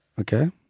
Okay